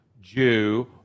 Jew